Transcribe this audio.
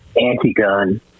anti-gun